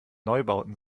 neubauten